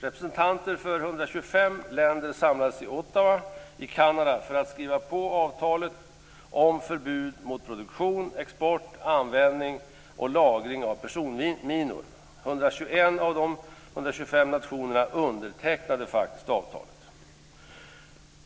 Representanter för 125 länder samlades i Ottawa i Kanada för att skriva på avtalet om förbud mot produktion, export, användning och lagring av personminor. 121 av de 125 nationerna undertecknade faktiskt avtalet.